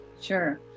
Sure